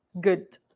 good